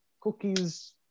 cookies